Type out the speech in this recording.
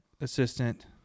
assistant